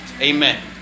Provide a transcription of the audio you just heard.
Amen